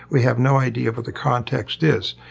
we have no idea of what the context is,